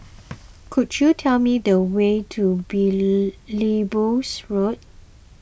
could you tell me the way to Belilios Road